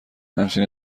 همچین